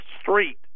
Street